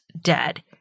dead